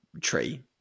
tree